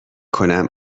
کنم